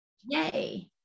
Yay